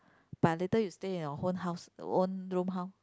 but later you stay in your own house own room how